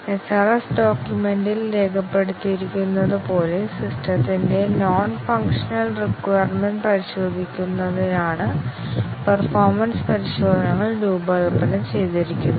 SRS ഡോക്യുമെന്റിൽ രേഖപ്പെടുത്തിയിരിക്കുന്നതുപോലെ സിസ്റ്റത്തിന്റെ നോൺ ഫംഗ്ഷണൽ റിക്വയർമെന്റ് പരിശോധിക്കുന്നതിനാണ് പേർഫോമെൻസ് പരിശോധനകൾ രൂപകൽപ്പന ചെയ്തിരിക്കുന്നത്